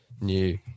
new